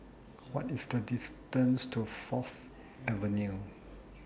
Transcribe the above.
What IS The distance to Fourth Avenue